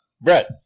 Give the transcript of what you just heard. Brett